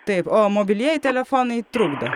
taip o mobilieji telefonai trukdo